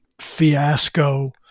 fiasco